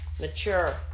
mature